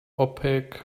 opaque